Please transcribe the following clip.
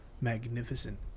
magnificent